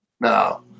No